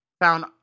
found